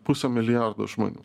pusę milijardo žmonių